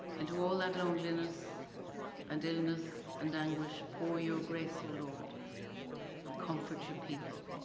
into all that loneliness and illness and anguish, pour your grace o lord and comfort your people.